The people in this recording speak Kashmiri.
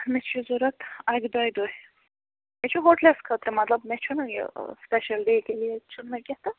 مےٚ چھِ یہِ ضوٚرتھ اَکہِ دۄیہِ دُہہِ مےٚ چھُ ہوٹلس خٲطرٕ مطلب مےٚ چھُنہٕ یہِ سٕپیشل ڈے کے لیے چھُنہٕ مےٚ کیٚنٛہہ تہٕ